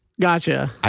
Gotcha